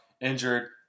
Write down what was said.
injured